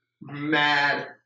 mad